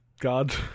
God